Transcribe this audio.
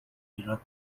ایران